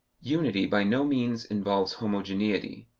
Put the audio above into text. unity by no means involves homogeneity.